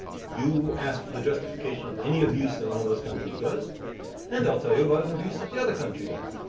you ask for the justification of any abuse that one of those countries does and they'll you about an abuse that the other country does.